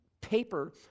paper